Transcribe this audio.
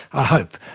i hope,